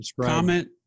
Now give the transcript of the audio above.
Comment